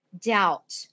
doubt